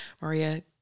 maria